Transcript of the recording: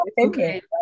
Okay